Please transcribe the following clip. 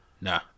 nah